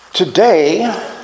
Today